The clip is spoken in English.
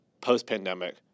post-pandemic